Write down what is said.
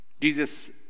Jesus